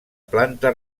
planta